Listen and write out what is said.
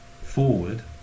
forward